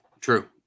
true